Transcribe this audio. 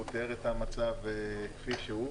הוא תיאר את המצב כפי שהוא.